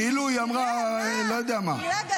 כאילו היא אמרה לא יודע מה.